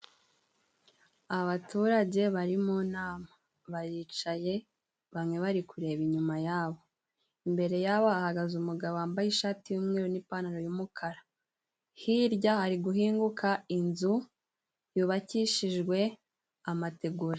Abaturage bari mu nama baricaye bamwe bari kureba inyuma yabo, imbere yabo hahagaze umugabo wambaye ishati y'umweru n'ipantaro y'umukara, hirya hari guhinguka inzu yubakishijwe amategura.